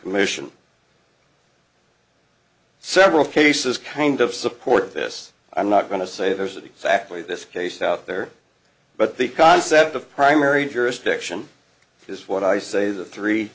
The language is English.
motion several cases kind of support this i'm not going to say it was that exactly this case out there but the concept of primary jurisdiction is what i say the three